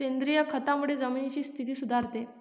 सेंद्रिय खतामुळे जमिनीची स्थिती सुधारते